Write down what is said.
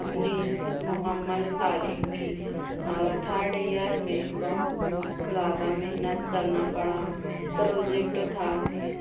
اپنی مکمل تعلیم کی اور تھرڈ ایئر میں بہت زیادہ محنت کرنا پڑا پروجیکٹ تھا